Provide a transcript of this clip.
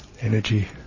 energy